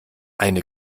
eine